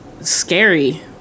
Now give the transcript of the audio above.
scary